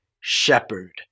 shepherd